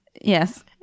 Yes